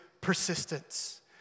persistence